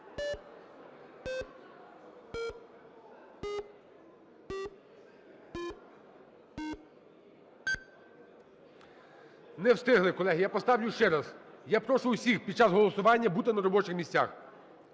Не встигли. Колеги, я поставлю ще раз. Я прошу усіх під час голосування бути на робочих місцях.